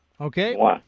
Okay